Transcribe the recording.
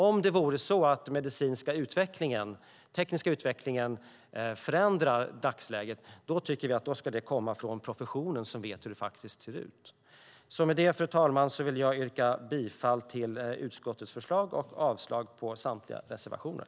Om det vore så att den medicinska och tekniska utvecklingen förändrar dagsläget ska initiativet komma från professionen som vet hur det faktiskt ser ut. Med det, fru talman, vill jag yrka bifall till utskottets förslag och avslag på samtliga reservationer.